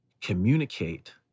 communicate